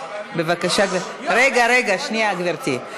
בבקשה, רגע, רגע, שנייה, גברתי.